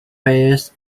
fairs